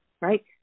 right